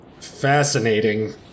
fascinating